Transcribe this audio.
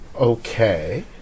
Okay